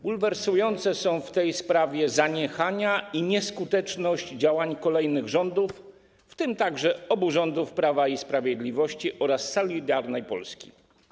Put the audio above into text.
Bulwersujące są w tej sprawie zaniechania i nieskuteczność działań kolejnych rządów, w tym także obu rządów Prawa i Sprawiedliwości oraz Solidarnej Polski.